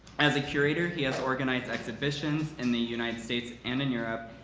as a curator, he has organized exhibitions in the united states and in europe.